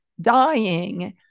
dying